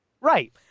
right